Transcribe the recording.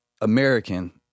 American